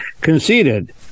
conceded